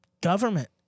government